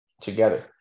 together